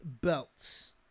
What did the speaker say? belts